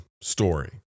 story